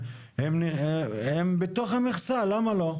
הן בתוך המכסה - למה לא?